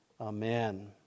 Amen